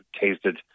tasted